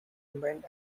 remained